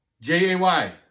j-a-y